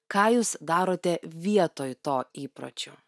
ką jūs darote vietoj to įpročio